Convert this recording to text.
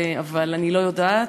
אבל אני לא יודעת,